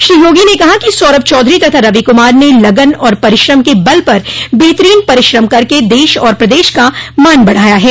श्री योगी ने कहा कि सौरभ चौधरी तथा रवि कुमार ने लगन और परिश्रम के बल पर बेहतरीन परिश्रम करके देश आर प्रदेश का मान बढ़ाया है